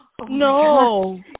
No